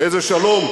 איזה שלום.